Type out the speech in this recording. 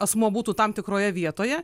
asmuo būtų tam tikroje vietoje